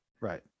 right